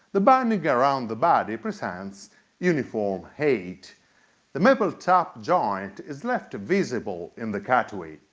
the binding around the body presents uniform height the maple top joint is left visible in the cutaway.